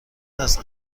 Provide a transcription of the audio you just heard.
است